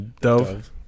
dove